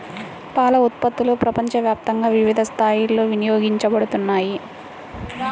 పాల ఉత్పత్తులు ప్రపంచవ్యాప్తంగా వివిధ స్థాయిలలో వినియోగించబడుతున్నాయి